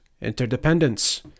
Interdependence